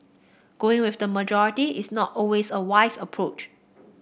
going with the majority is not always a wise approach